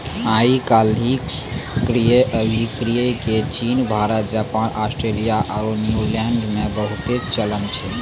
आइ काल्हि क्रय अभिक्रय के चीन, भारत, जापान, आस्ट्रेलिया आरु न्यूजीलैंडो मे बहुते चलन छै